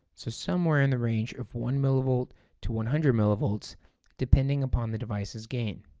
so somewhere in the range of one millivolt to one hundred millivolts depending upon the device's gain.